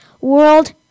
World